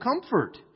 comfort